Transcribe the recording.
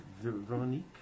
Veronique